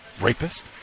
Rapist